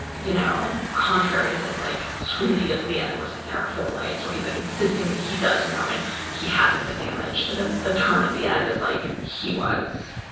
you know contrary to this like scream he does at the end was like there are four lights where he's like insisting that he does know and he hasn't been damaged within the turn at the end is like he was